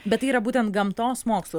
bet tai yra būtent gamtos mokslų